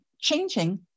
changing